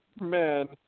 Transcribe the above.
man